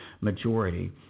majority